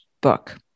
book